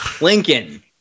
Lincoln